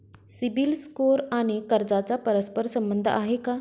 CIBIL score आणि कर्जाचा परस्पर संबंध आहे का?